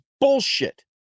bullshit